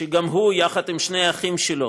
שגם הוא, יחד עם שני האחים שלו,